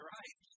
right